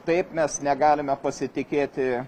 taip mes negalime pasitikėti